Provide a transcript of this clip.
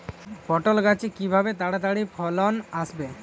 পটল গাছে কিভাবে তাড়াতাড়ি ফলন আসবে?